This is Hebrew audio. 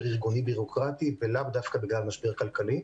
ארגוני בירוקרטי ולאו דווקא בגלל משבר כלכלי.